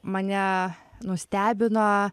mane nustebino